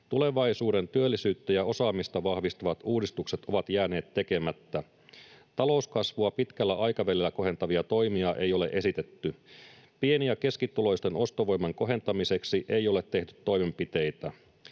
Tulevaisuuden työllisyyttä ja osaamista vahvistavat uudistukset ovat jääneet tekemättä. Talouskasvua pitkällä aikavälillä kohentavia toimia ei ole esitetty. Pieni‑ ja keskituloisten ostovoiman kohentamiseksi ei ole tehty toimenpiteitä.